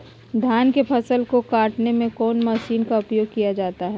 धान के फसल को कटने में कौन माशिन का उपयोग किया जाता है?